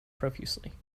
profusely